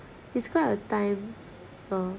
describe a time uh